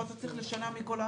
פה אתה צריך לשנע מכל הארץ.